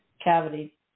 cavity